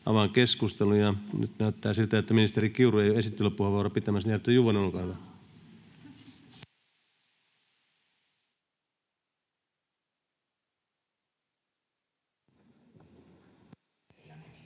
Avaan keskustelun. Nyt näyttää siltä, että ministeri Kiuru ei ole pitämässä esittelypuheenvuoroa, joten edustaja Juvonen, olkaa hyvä. Arvoisa